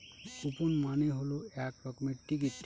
coupon মানে হল এক রকমের টিকিট